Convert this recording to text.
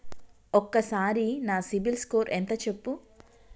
ఒక్కసారి నా సిబిల్ స్కోర్ ఎంత చెప్పు?